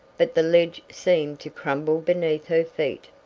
but the ledge seemed to crumble beneath her feet!